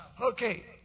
okay